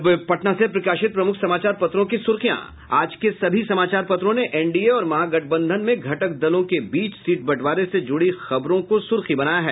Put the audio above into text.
अब पटना से प्रकाशित प्रमुख समाचार पत्रों की सुर्खियां आज के सभी समाचार पत्रों ने एनडीए और महागठबंधन में घटक दलों के बीच सीट बंटवारे से जुड़ी खबरों को सुर्खी बनाया है